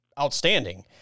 outstanding